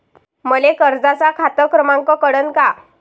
मले कर्जाचा खात क्रमांक कळन का?